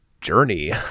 journey